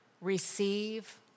receive